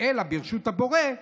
אלא ברשות הבורא,